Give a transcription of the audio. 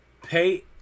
pay